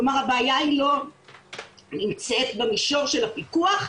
כלומר הבעיה לא נמצאת במישור של הפיקוח,